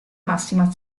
massima